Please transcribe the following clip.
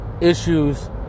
issues